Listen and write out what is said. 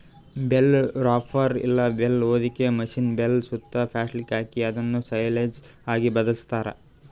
bale wrapper ಇಲ್ಲ bale ಹೊದಿಕೆ machine bale ಸುತ್ತಾ ಪ್ಲಾಸ್ಟಿಕ್ ಹಾಕಿ ಅದುಕ್ ಸೈಲೇಜ್ ಆಗಿ ಬದ್ಲಾಸ್ತಾರ್